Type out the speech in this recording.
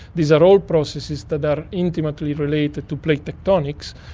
these are all processes that that are intimately related to plate tectonics,